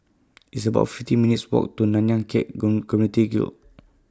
It's about fifty minutes' Walk to Nanyang Khek Community Guild